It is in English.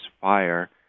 fire